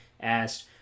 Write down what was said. asked